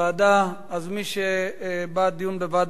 אז מי שבעד דיון בוועדה יצביע בעד,